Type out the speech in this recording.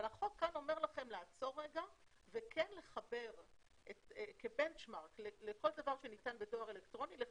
אבל החוק אומר לכם לעצור רגע ולחבר לכל דבר שניתן בדואר אלקטרוני,